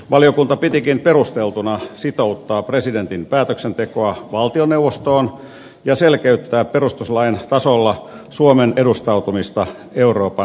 valiokunta pitikin perusteltuna sitouttaa presidentin päätöksentekoa valtioneuvostoon ja selkeyttää perustuslain tasolla suomen edustautumista eurooppa neuvostossa